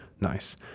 nice